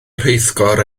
rheithgor